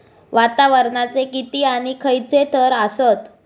वातावरणाचे किती आणि खैयचे थर आसत?